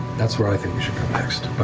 that's where i think we should go next.